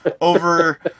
over